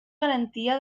garantia